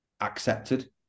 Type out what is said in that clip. accepted